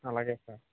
అలాగే సార్